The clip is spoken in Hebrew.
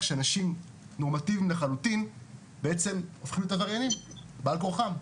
שאנשים נורמטיביים לחלוטין בעצם הופכים להיות עבריינים בעל כורחם.